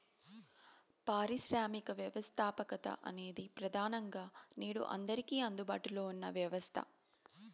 పారిశ్రామిక వ్యవస్థాపకత అనేది ప్రెదానంగా నేడు అందరికీ అందుబాటులో ఉన్న వ్యవస్థ